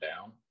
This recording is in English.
down